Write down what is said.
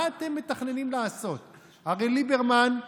הרי ליברמן,